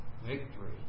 Victory